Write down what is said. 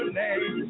name